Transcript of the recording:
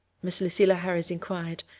miss lucilla harris inquired,